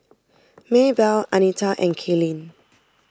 Maebelle Anita and Kaylene